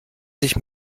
sich